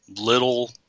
little